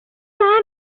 anymore